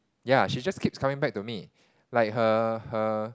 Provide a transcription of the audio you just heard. ya she just keeps coming back to me like her her